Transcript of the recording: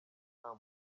nta